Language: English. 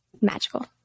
magical